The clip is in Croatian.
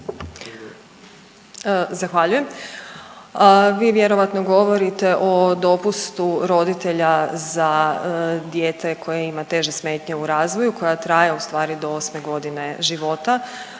Zahvaljujem. Vi vjerojatno govorite o dopustu roditelja za dijete koje ima teže smetnje u razvoju, koja traje u stvari do osme godine života.